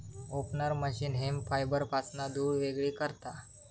opener machine hemp फायबरपासना धुळ वेगळी करता